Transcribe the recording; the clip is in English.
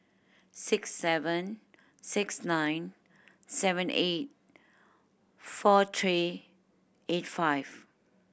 six seven six nine seven eight four three eight five